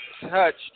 touched